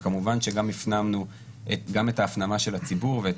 וכמובן שגם הפנמנו גם את ההפנמה של הציבור ואת